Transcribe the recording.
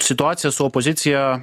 situacija su opozicija